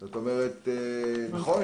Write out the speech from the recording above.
נכון?